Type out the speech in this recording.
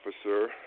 officer